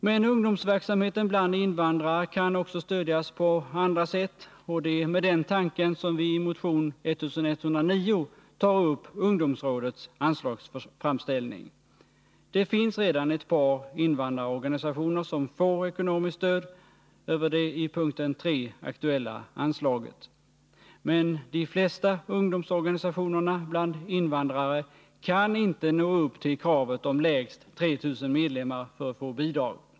Men ungdomsverksamheten bland invandrare kan också stödjas på andra sätt, och det är med den tanken som vi i motion 1109 tar upp ungdomsrådets anslagsframställning. Det finns redan ett par invandrarorganisationer som får ekonomiskt stöd genom det i punkt 3 aktuella anslaget. Men de flesta ungdomsorganisationerna bland invandrare kan inte nå upp till kravet om lägst 3 000 medlemmar för att få bidrag.